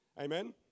Amen